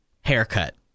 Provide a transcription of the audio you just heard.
Haircut